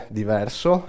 diverso